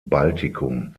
baltikum